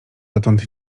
dotąd